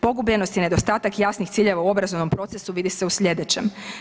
Pogubljenost i nedostatak jasnih ciljeva u obrazovnom procesu vidi se u sljedećem.